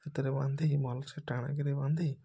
ସେଥିରେ ବାନ୍ଧି ଭଲ୍ସେ ଟାଣିକରି ବାନ୍ଧି